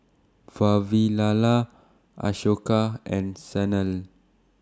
Vavilala Ashoka and Sanal